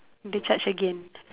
they charge again